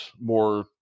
more